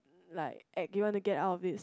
like ac~ you want to get out of this